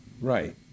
Right